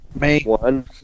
One